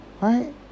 right